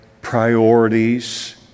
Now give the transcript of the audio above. priorities